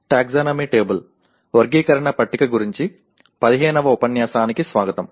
taxonomy table వర్గీకరణ పట్టిక గురించి 15వ ఉపన్యాసానికి స్వాగతం